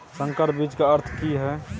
संकर बीज के अर्थ की हैय?